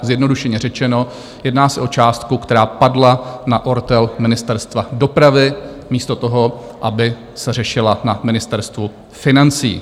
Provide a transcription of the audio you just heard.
Zjednodušeně řečeno, jedná se o částku, která padla na ortel Ministerstva dopravy místo toho, aby se řešila na Ministerstvu financí.